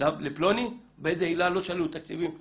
לפלוני ובאיזה עילה לא שללו תקציבים לאלמוני.